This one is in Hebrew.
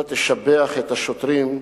אתה תשבח את השוטרים,